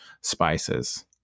spices